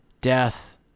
death